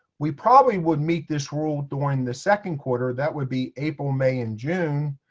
we probably would meet this rule during the second quarter. that would be april, may and june.